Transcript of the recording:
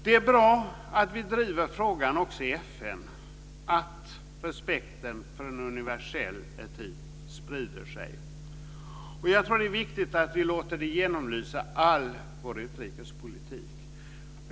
Det är bra att vi driver frågan också i FN, så att respekten för en universell etik sprider sig. Jag tror att det är viktigt att vi låter det genomlysa all vår utrikespolitik.